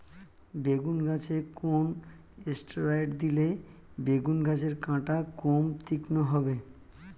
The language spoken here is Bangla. বেগুন গাছে কোন ষ্টেরয়েড দিলে বেগু গাছের কাঁটা কম তীক্ষ্ন হবে?